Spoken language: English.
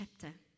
chapter